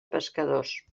pescadors